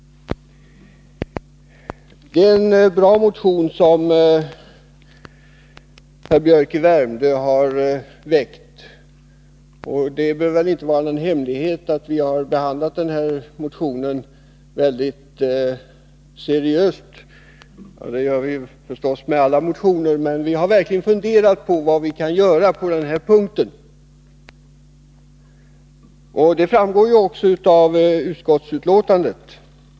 Det är en bra motion som herr Biörck i Värmdö har väckt. Det bör väl inte vara någon hemlighet att vi i utskottet har behandlat den här motionen mycket seriöst — det gör vi förstås med alla motioner, men vi har verkligen funderat över vad vi kan göra på den här punkten. Det framgår också av utskottsbetänkandet.